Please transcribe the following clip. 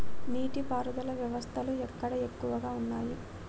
నీటి పారుదల వ్యవస్థలు ఎక్కడ ఎక్కువగా ఉన్నాయి?